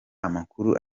amakuru